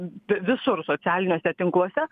visur socialiniuose tinkluose